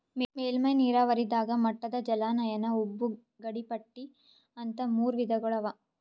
ಮೇಲ್ಮೈ ನೀರಾವರಿದಾಗ ಮಟ್ಟದ ಜಲಾನಯನ ಉಬ್ಬು ಗಡಿಪಟ್ಟಿ ಅಂತ್ ಮೂರ್ ವಿಧಗೊಳ್ ಅವಾ